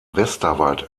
westerwald